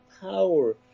power